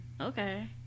Okay